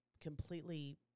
completely